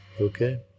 Okay